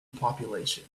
population